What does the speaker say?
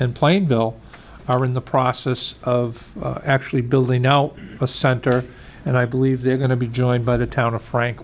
and plain bill are in the process of actually building now a center and i believe they're going to be joined by the town of frank